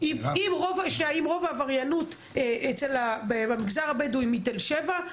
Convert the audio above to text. אם רוב העבריינות במגזר הבדואי מתל שבע,